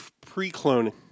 pre-cloning